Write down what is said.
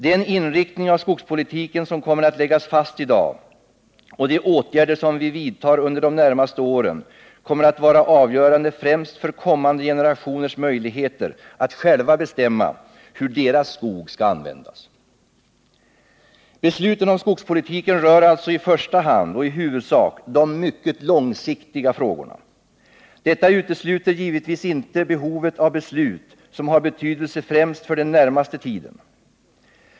Den inriktning av skogspolitiken som kommer att läggas fast i dag och de åtgärder som vi vidtar under de närmaste åren kommer att vara avgörande främst för kommande generationers möjligheter att själva bestämma hur deras skog skall användas. Besluten om skogspolitiken rör alltså i första hand och i huvudsak de mycket långsiktiga frågorna. Detta utesluter givetvis inte behovet av beslut som har betydelse främst för den närmaste tiden.